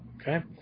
Okay